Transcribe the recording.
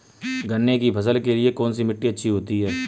गन्ने की फसल के लिए कौनसी मिट्टी अच्छी होती है?